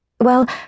Well